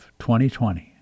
2020